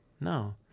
No